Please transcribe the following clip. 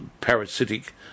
parasitic